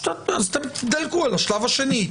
אתם תדלגו על השלב השני.